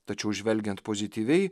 tačiau žvelgiant pozityviai